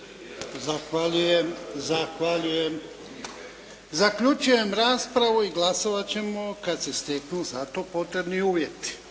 Ivan (HDZ)** Zahvaljujem. Zaključujem raspravu i glasovati ćemo kada se steknu za to potrebni uvjeti.